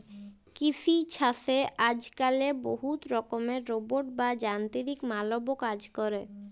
কিসি ছাসে আজক্যালে বহুত রকমের রোবট বা যানতিরিক মালব কাজ ক্যরে